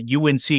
UNC